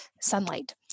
sunlight